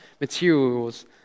materials